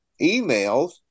emails